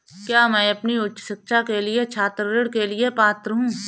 क्या मैं अपनी उच्च शिक्षा के लिए छात्र ऋण के लिए पात्र हूँ?